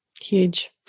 huge